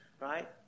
Right